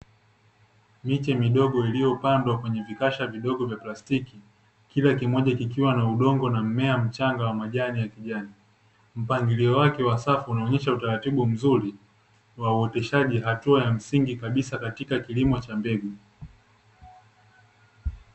Miche midogo iliyopandwa kwenye vikasha vidogo vya plastiki, kila kimoja kikiwa na udongo na mmea mchanga wa majani ya kijani mpangilio wake wa safu unaonyesha utaratibu mzuri wa uoteshaji hatua ya msingi kabisa katika kilimo cha mbegu.